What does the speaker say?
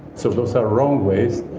so those are wrong ways.